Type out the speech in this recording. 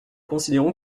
considérons